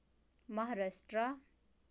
Maharashtra